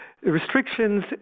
restrictions